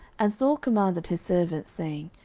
and saul commanded his servants, saying,